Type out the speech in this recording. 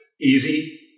Easy